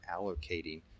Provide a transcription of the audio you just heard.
allocating